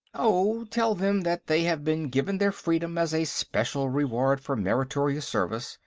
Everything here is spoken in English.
oh, tell them that they have been given their freedom as a special reward for meritorious service,